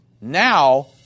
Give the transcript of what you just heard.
Now